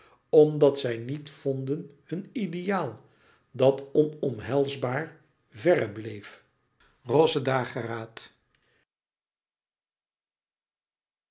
metamorfoze zij niet vonden hun ideaal dat onomhelsbaar verre bleef roze dageraad